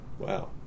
wow